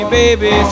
baby